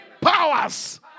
Powers